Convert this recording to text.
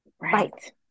right